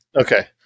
Okay